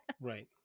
right